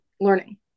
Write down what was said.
learning